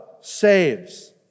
saves